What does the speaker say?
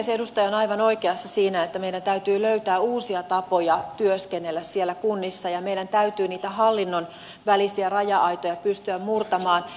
edustaja on aivan oikeassa siinä että meidän täytyy löytää uusia tapoja työskennellä siellä kunnissa ja meidän täytyy niitä hallinnon välisiä raja aitoja pystyä murtamaan